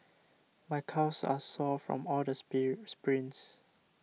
my calves are sore from all the sprit sprints